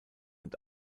und